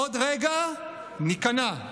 עוד רגע ניכנע,